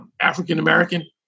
African-American